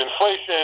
inflation